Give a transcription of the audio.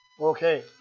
okay